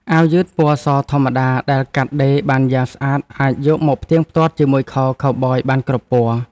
អាវយឺតពណ៌សធម្មតាដែលកាត់ដេរបានយ៉ាងស្អាតអាចយកមកផ្ទៀងផ្ទាត់ជាមួយខោខូវប៊យបានគ្រប់ពណ៌។